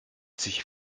sich